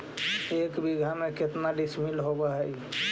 एक बीघा में केतना डिसिमिल होव हइ?